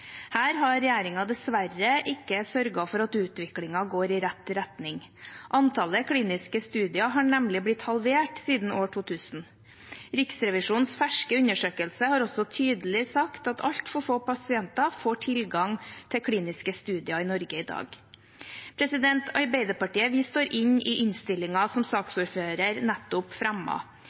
Her har regjeringen dessverre ikke sørget for at utviklingen går i riktig retning. Antallet kliniske studier har nemlig blitt halvert siden år 2000. Riksrevisjonens ferske undersøkelse har også tydelig sagt at altfor få pasienter får tilgang til kliniske studier i Norge i dag. Arbeiderpartiet er en del av flertallet i innstillingens forslag til vedtak, som saksordføreren nettopp